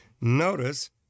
Notice